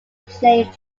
playing